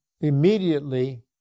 immediately